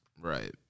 Right